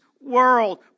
world